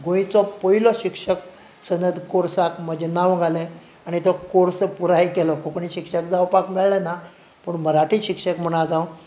गोंयचो पयलो शिक्षक सनद कोर्साक म्हजें नांव घालें आनी तो कोर्स पुराय केलो कोंकणी शिक्षक जावपाक मेळ्ळें ना पूण मराठी शिक्षक म्हूण आयज हांव